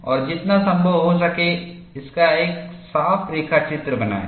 और जितना संभव हो सके इसका साफ रेखाचित्र बनाएं